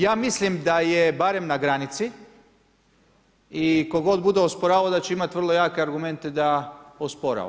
Ja mislim da je barem na granici i tko god bude osporavao, da će imati vrlo jake argumente da osporava.